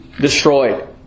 destroyed